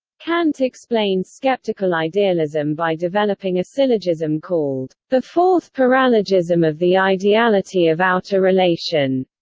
kant explains skeptical idealism by developing a syllogism called the fourth paralogism of the ideality of outer relation